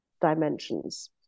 dimensions